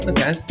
Okay